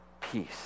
peace